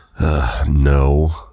no